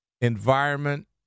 environment